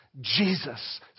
Jesus